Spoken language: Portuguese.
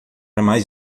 mais